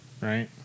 right